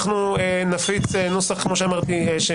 אנחנו נפיץ נוסח כמו שאמרתי.